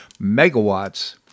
megawatts